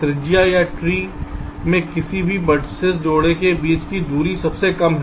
त्रिज्या या ट्री में किसी भी वेर्तिसेस जोड़े के बीच की दूरी सबसे कम है